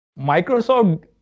Microsoft